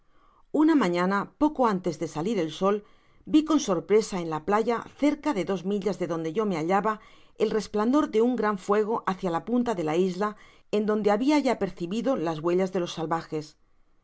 una mañana poco antes de salir el sol vi con sorpresa en la playa cerca de dos millas de donde yo me hallaba el resplandor de uu gran fuego hacia la punta de la isla en donde habia ya percibido las huellas de los salvajes